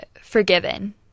forgiven